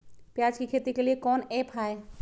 प्याज के खेती के लिए कौन ऐप हाय?